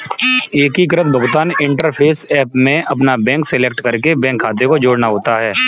एकीकृत भुगतान interface app में अपना बैंक सेलेक्ट करके बैंक खाते को जोड़ना होता है